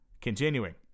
Continuing